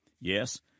Yes